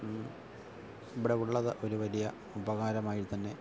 ഇവടെ ഉള്ളത് ഒരു വലിയ ഉപകാരമായിത്തന്നെ